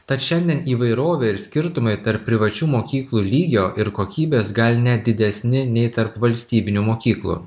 tad šiandien įvairovė ir skirtumai tarp privačių mokyklų lygio ir kokybės gal net didesni nei tarp valstybinių mokyklų